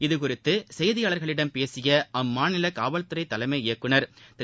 இதுகுறித்து செய்தியாளர்களிடம் பேசிய அம்மாநில காவல்துறை தலைமை இயக்குநர் திரு